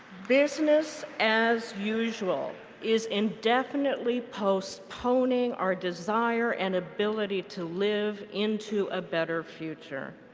business as usual is indefinitely postponing our desire and ability to live into a better future.